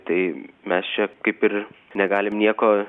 tai mes čia kaip ir negalim nieko